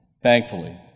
Thankfully